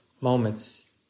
moments